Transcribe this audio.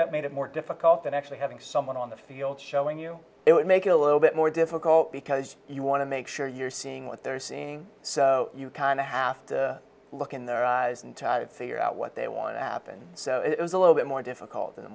that made it more difficult than actually having someone on the field showing you it would make it a little bit more difficult because you want to make sure you're seeing what they're seeing so you kind of have to look in their eyes and try to figure out what they want to happen so it was a little bit more difficult